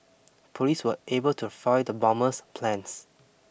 police were able to foil the bomber's plans